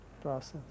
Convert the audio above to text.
process